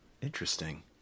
Interesting